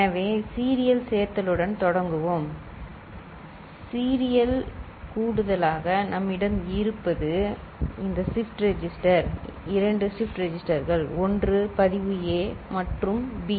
எனவே சீரியல் சேர்த்தலுடன் தொடங்குவோம் எனவே சீரியல் கூடுதலாக நம்மிடம் இருப்பது இந்த ஷிப்ட் ரெஜிஸ்டர் இரண்டு ஷிப்ட் ரெஜிஸ்டர்கள் ஒன்று பதிவு A மற்றும் பி